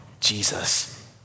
jesus